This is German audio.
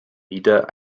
wieder